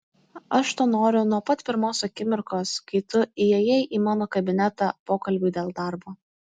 aš to noriu nuo pat pirmos akimirkos kai tu įėjai į mano kabinetą pokalbiui dėl darbo